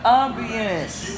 ambience